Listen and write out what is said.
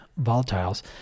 Volatiles